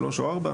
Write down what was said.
שלוש או ארבע.